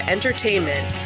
Entertainment